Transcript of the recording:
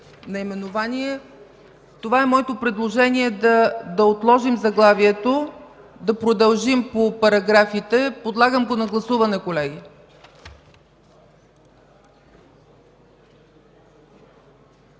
Това е моето предложение – да отложим заглавието, да продължим по параграфите. Подлагам го на гласуване, колеги.